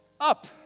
up